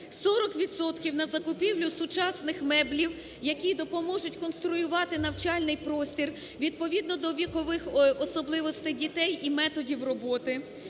– на закупівлю сучасних меблів, які допоможуть конструювати навчальний простір відповідно до вікових особливостей дітей і методів роботи;